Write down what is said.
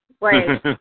Right